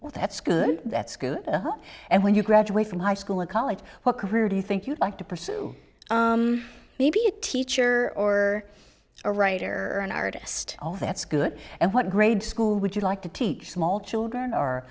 well that's good that's good and when you graduate from high school or college what career do you think you'd like to pursue maybe a teacher or a writer or an artist all that's good and what grade school would you like to teach small children